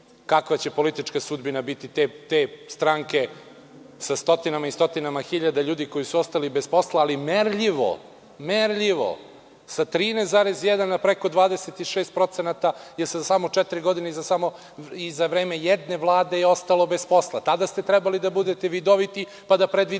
kakva će politička sudbina biti te stranke sa stotinama i stotinama hiljada ljudi koji su ostali bez posla, ali merljivo sa 13,1, a preko 26% za samo četiri godine i za vreme jedne Vlade je ostalo bez posla. Tada ste trebali da budete vidoviti pa da predvidite